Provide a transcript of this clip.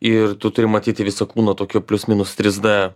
ir tu turi matyti visą kūno tokio plius minus trys d